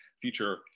future